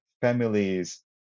families